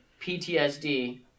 PTSD